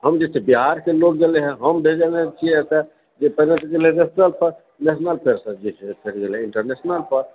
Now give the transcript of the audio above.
हम जे छै से बिहारकेँ लोक गेलै हँ हम भेजने छियै एतऽसँ जे पहिने से गेल रहै से सभ नेशनल स्तर पर गेलै नेशनल से फेर इण्टरनेशनल स्तर पर